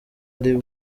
ari